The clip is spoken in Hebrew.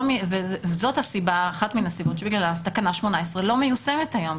זאת אחת מן הסיבות שבגללה תקנה 18 לא מיושמת היום,